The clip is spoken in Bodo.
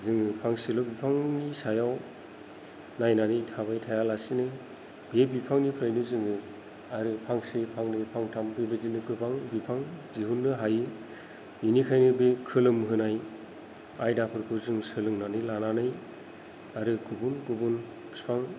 जोङो फांसेल' बिफांनि सायाव नायनानै थाबाय थाया लासेनो बे बिफांनिफ्रायनो जोङो आरो फांसे फांनै फांथाम बेबायदिनो गोबां बिफां दिहुननो हायो बेनिखायनो बे खोलोम होनाय आयदाफोरखौ जों सोलोंनानै लानानै आरो गुबुन गुबुन बिफां